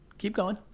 keep going.